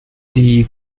die